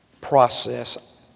process